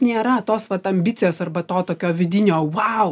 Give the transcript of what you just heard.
nėra tos vat ambicijos arba to tokio vidinio vau